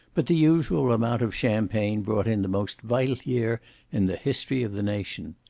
but the usual amount of champagne brought in the most vital year in the history of the nation.